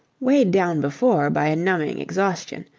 weighed down before by a numbing exhaustion,